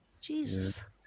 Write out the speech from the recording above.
Jesus